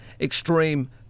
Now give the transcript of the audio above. extreme